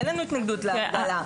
אין לנו התנגדות להגדלה.